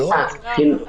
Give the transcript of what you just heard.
מבקש